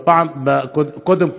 קודם כול,